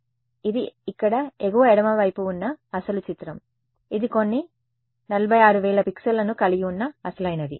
కాబట్టి ఇది ఇక్కడ ఎగువ ఎడమవైపు ఉన్న అసలు చిత్రం ఇది కొన్ని 46000 పిక్సెల్లను కలిగి ఉన్న అసలైనది